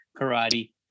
karate